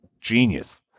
genius